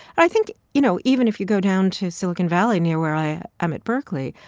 i think, you know, even if you go down to silicon valley near where i am at berkeley,